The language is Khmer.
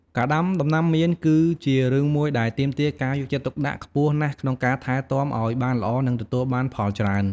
ការដាំដំណាំមៀន គឺជារឿងមួយដែលទាមទារការយកចិត្តទុកដាក់ខ្ពស់ណាស់ក្នុងការថែទាំអោយបានល្អនិងទទួលបានផលច្រើន។